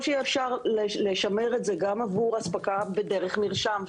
שיהיה אפשר לשמר את זה גם עבור אספקה דרך מרשם,